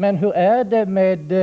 Men hur är det med